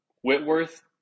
Whitworth